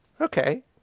okay